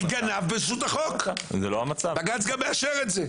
אני גנב ברשות החוק, בג"ץ גם מאשר את זה.